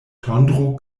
tondro